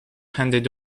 handed